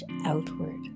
outward